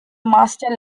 master